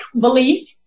Belief